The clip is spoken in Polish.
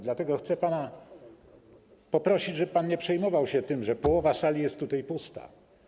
Dlatego chcę pana poprosić, żeby pan nie przejmował się tym, że połowa sali jest pusta.